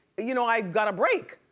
you know i got a break.